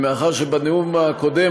מאחר שבנאום הקודם,